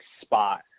spot